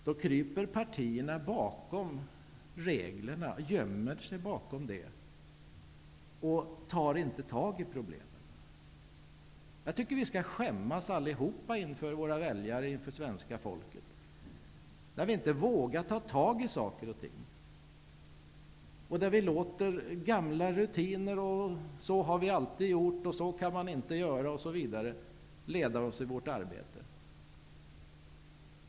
Då gömmer sig partierna bakom reglerna och tar inte tag i problemen. Jag tycker att vi skall skämmas allihop inför våra väljare, inför svenska folket, när vi inte vågar ta tag i saker och ting. När vi låter gamla rutiner -- så har vi alltid gjort, så kan man inte göra osv. -- leda oss i vårt arbete.